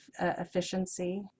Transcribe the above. efficiency